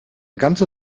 ganze